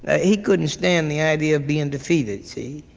ah he couldn't stand the idea of being defeated, see?